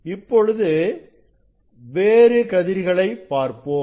இப்பொழுது வேறு கதிர்களை பார்ப்போம்